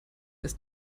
ist